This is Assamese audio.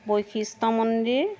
বশিষ্ঠ মন্দিৰ